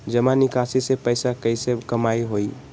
जमा निकासी से पैसा कईसे कमाई होई?